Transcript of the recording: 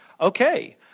Okay